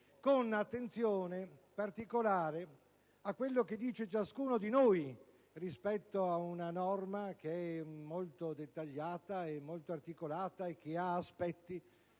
con un'attenzione particolare a quanto dice ciascuno di noi rispetto ad una norma molto dettagliata ed articolata, che ha aspetti